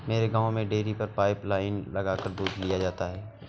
मेरे गांव में डेरी पर पाइप लाइने लगाकर दूध लिया जाता है